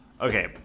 Okay